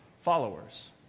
followers